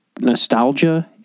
nostalgia